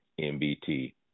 MBT